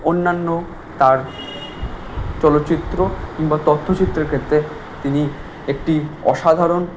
অন্যান্য তার চলচ্চিত্র বা তথ্যচিত্র্যের ক্ষেত্রে তিনি একটি অসাধারণ